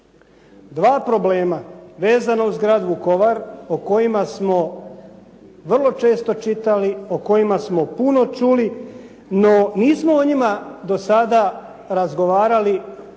Dva problema vezana uz Grad Vukovar o kojima smo vrlo često čitali, o kojima smo puno čuli, no nismo o njima do sada razgovarali na